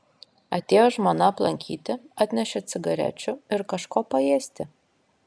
atėjo žmona aplankyti atnešė cigarečių ir kažko paėsti